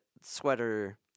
sweater